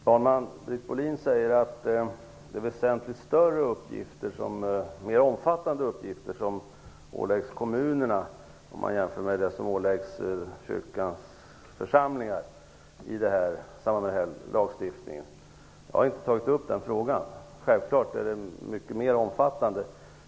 Herr talman! Britt Bohlin säger att lagstiftningen innebär att kommunerna åläggs väsentligt större och mer omfattande uppgifter, om man jämför med de som åläggs kyrkans församlingar. Jag har inte tagit upp den frågan. Självfallet är det mycket mer omfattande.